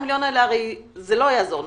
הרי 45 המיליון האלה לא יעזרו.